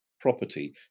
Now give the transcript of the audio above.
property